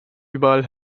überall